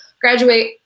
graduate